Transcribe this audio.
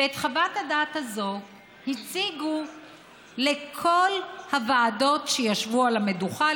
ואת חוות הדעת הציגו לכל הוועדות שישבו על המדוכה,